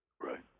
right